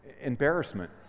embarrassment